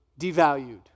devalued